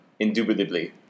Indubitably